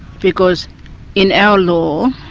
because in our law,